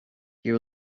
you